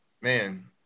man